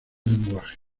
lenguaje